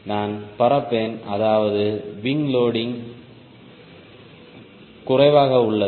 நான் பறப்பேன் அதாவது விங் லோடிங் குறைவாக உள்ளது